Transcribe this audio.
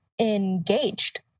engaged